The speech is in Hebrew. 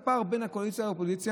יש פער בין הקואליציה לאופוזיציה.